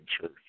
church